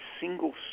single